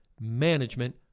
management